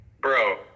Bro